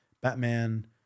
Batman